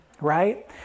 right